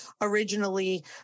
originally